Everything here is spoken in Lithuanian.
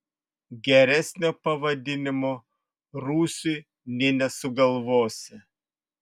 geresnio pavadinimo rūsiui nė nesugalvosi